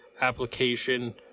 application